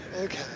okay